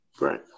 right